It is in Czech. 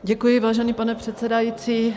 Děkuji, vážený pane předsedající.